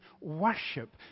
worship